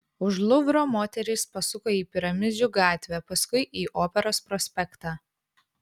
už luvro moterys pasuko į piramidžių gatvę paskui į operos prospektą